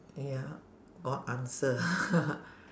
ya god answer